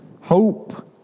hope